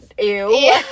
Ew